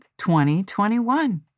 2021